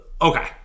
Okay